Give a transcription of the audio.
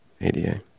ada